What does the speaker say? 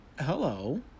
hello